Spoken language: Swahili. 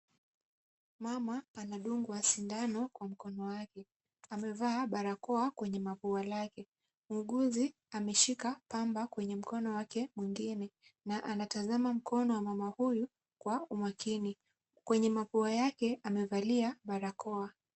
Mama anadungwa sindano kwa mkono wake, amevaa barakoa kwenye mapua lake. Muuguzi ameshika pamba kwenye mkono wake mwingine na anatazama mkono wa mama huyu kwa umakini, kwenye mapua yake amevalia barakoa.